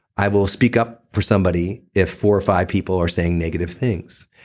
i will speak up for somebody if four or five people are saying negative things.